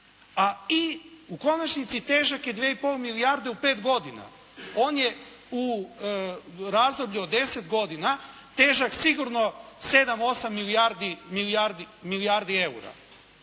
A i konačnici težak je 2,5 milijarde u pet godina. On je u razdoblju od deset godina težak sigurno 7, 8 milijardi eura.